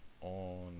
on